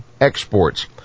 exports